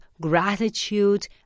Gratitude